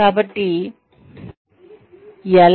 కాబట్టి ఎలా